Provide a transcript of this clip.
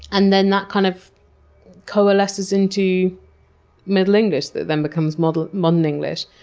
and then that kind of coalesces into middle english that then becomes modern modern english.